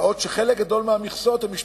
בעוד שחלק גדול מהמכסות הן משפחתיות.